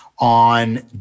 On